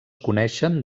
coneixen